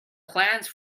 plans